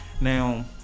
Now